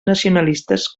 nacionalistes